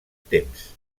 temps